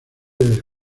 del